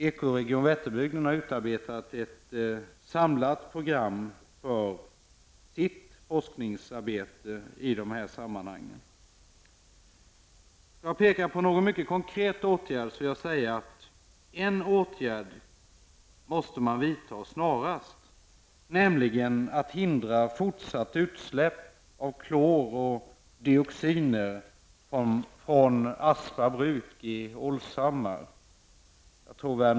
Eko-region Vätterbygden har utarbetat ett samlat program för sitt forskningsarbete i dessa sammanhang. För att peka på en mycket konkret punkt vill jag säga att en åtgärd måste vidtagas snarast, nämligen att hindra fortsatt utsläpp av klor och dioxiner från Aspa pappersbruk i Olshammar.